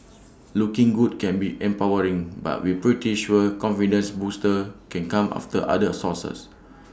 looking good can be empowering but we're pretty sure confidence boosters can come after other sources